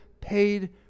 paid